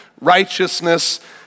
righteousness